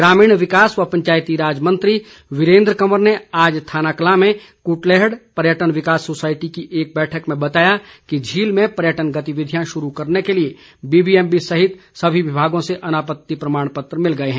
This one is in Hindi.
ग्रामीण विकास व पंचायती राज मंत्री वीरेन्द्र कंवर ने आज थानाकलां में कुटलैड़ पर्यटन विकास सोसायटी की एक बैठक में बताया कि झील में पर्यटन गतिविधियां शुरू करने के लिए बीबीएमबी सहित सभी विभागों से अनापत्ति प्रमाण पत्र मिल गए हैं